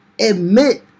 admit